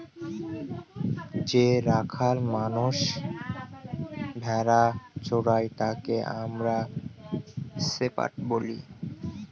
যে রাখাল মানষ ভেড়া চোরাই তাকে আমরা শেপার্ড বলি